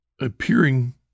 appearing